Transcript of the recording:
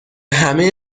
همه